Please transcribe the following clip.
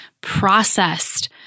processed